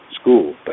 school